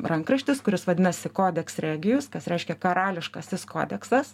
rankraštis kuris vadinasi kodeks regijus kas reiškia karališkasis kodeksas